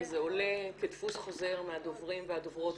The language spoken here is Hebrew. וזה עולה כדפוס חוזר מהדוברים והדוברות,